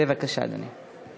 בבקשה, אדוני.